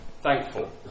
thankful